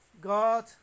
God